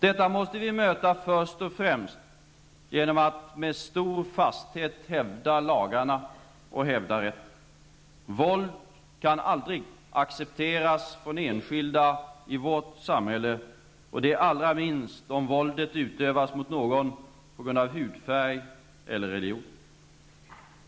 Detta måste vi möta främst genom att med stor fasthet hävda lagarna och hävda rätten. Våld kan aldrig accepteras från enskilda i vårt samhälle -- allra minst om våldet utövas mot någon på grund av hudfärg eller religion.